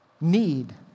need